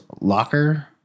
Locker